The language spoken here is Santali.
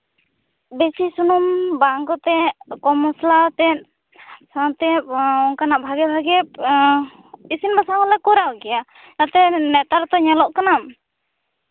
ᱵᱮᱥᱤ ᱥᱩᱱᱩᱢ ᱵᱟᱝ ᱠᱟᱛᱮᱜ ᱠᱚᱢ ᱢᱚᱥᱞᱟ ᱟᱛᱮᱜ ᱚᱱᱟᱛᱮ ᱱᱚᱝᱠᱟᱱᱟᱜ ᱵᱷᱟᱜᱮ ᱵᱷᱟᱜᱮ ᱤᱥᱤᱱ ᱵᱟᱥᱟᱝ ᱦᱚᱞᱮ ᱠᱚᱨᱟᱣ ᱜᱮᱭᱟ ᱛᱟᱛᱮ ᱱᱮᱛᱟᱨ ᱫᱚ ᱧᱮᱞᱚᱜ ᱠᱟᱱᱟ